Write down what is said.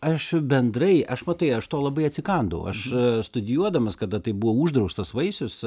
aš bendrai aš matai aš to labai atsikandau aš studijuodamas kada tai buvo uždraustas vaisius